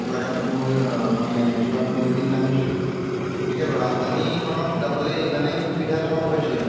গোলাঘাট মানে যোৰহাট মৰিয়নীত নামিছোঁহি গতিকে ৰাজধানীখনত যাবলৈ ইমানেই সুবিধাজনক হৈছে